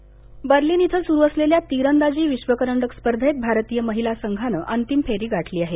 तिरंदाजीः Berlin इथं स्रू असलेल्या तिरंदाजी विश्वकरंडक स्पर्धेत भारतीय महिला संघानं अंतिम फेरी गाठली आहे